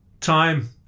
time